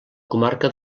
comarca